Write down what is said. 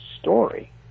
story